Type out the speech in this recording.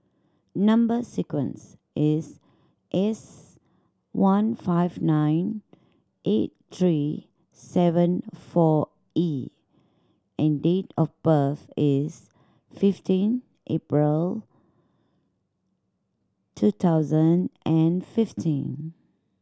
number sequence is S one five nine eight three seven four E and date of birth is fifteen April two thousand and fifteen